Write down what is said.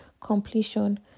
Completion